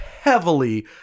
heavily